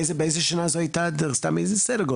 באיזה שנה זה היה, פחות או יותר?